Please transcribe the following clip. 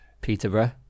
Peterborough